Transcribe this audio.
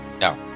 No